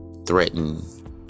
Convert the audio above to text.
threaten